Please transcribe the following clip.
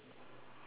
don't have